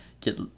get